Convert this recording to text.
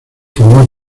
formó